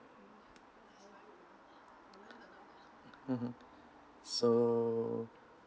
(uh huh) so